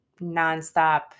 nonstop